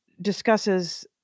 discusses